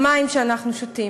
המים שאנחנו שותים,